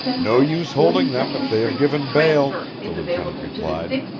no use holding them if they have given bail, the lieutenant replied.